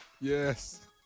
Yes